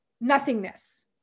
nothingness